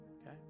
okay